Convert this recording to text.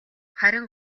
харин